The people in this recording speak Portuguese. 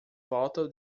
volta